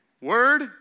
Word